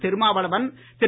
Thirumavalavan Thiru